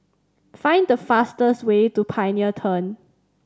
find the fastest way to Pioneer Turn